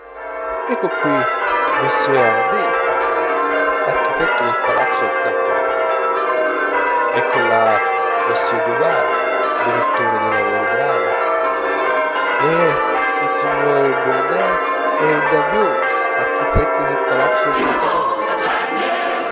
ecco qui monsieur hardy per esempio l'architetto del palazzo del campo di marte ecco là monsieur duval direttore dei lavori idraulici e i signori bourdais e davioud architetti del palazzo del trocadero